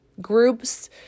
groups